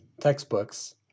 textbooks